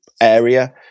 area